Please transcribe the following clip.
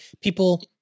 people